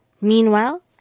Meanwhile